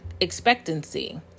expectancy